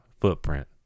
footprint